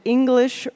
English